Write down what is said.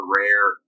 rare